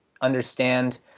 understand